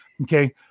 Okay